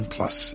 Plus